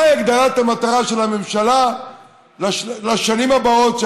מהי הגדרת המטרה של הממשלה לשנים הבאות,